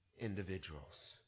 individuals